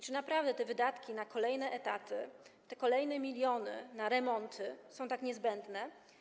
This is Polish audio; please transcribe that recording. Czy naprawdę te wydatki na kolejne etaty, te kolejne miliony na remonty są tak niezbędne?